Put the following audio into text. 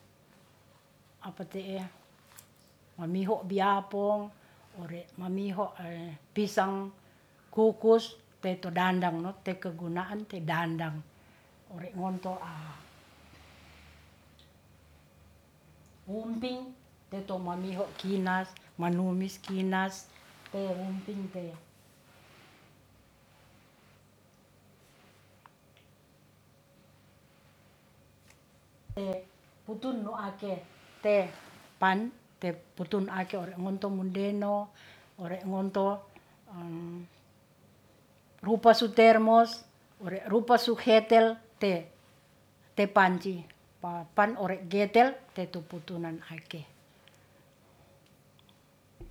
apa te'e mamiho biapong ore mamiho pisang kukus pe to dandang no te kegunaan te dandang ore ngonto wumping teto mamiho kinas, manumis kinas, te wumping te putun no ake te pan, te puntu ake ore ngonto mundeno ore ngonto rupa su termos ore rupa su khetel te panci, pa pan ore getel teto putunan ake